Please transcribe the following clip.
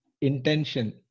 intention